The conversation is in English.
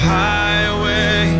highway